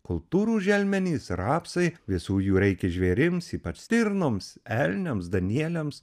kultūrų želmenys rapsai visų jų reikia žvėrims ypač stirnoms elniams danieliams